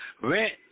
Rent